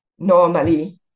normally